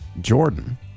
Jordan